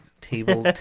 Table